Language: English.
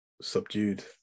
subdued